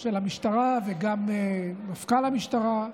של המשטרה וגם מפכ"ל המשטרה,